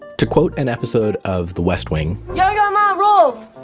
to quote an episode of the west wing yo yo ma rules.